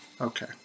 Okay